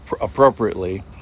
appropriately